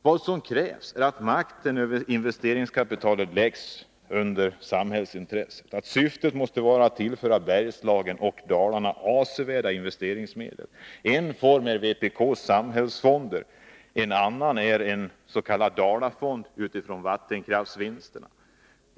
Vad som krävs är att makten över investeringskapitalet läggs under samhällsintresset. Syftet måste vara att tillföra Bergslagen och Dalarna avsevärda investeringsmedel. En form är vpk:s samhällsfonder. En annan är en s.k. Dalafond utifrån vattenkraftsvinsterna.